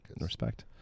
Respect